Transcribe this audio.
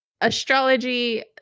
astrology